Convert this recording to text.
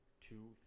two